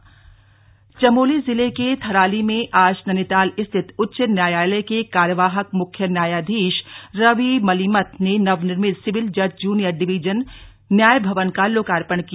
चमोली लोकार्पण चमोली जिले के थराली में आज नैनीताल स्थित उच्च न्यायालय के कार्यवाहक मुख्य न्यायाधीश रवि मलिमत ने नवनिर्मित सिविल जज जूनियर डिविजन न्याय भवन का लोकापर्ण किया